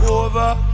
over